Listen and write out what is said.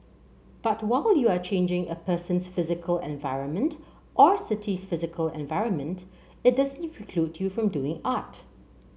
but while you are changing a person's physical environment or city's physical environment it doesn't preclude you from doing art